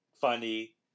funny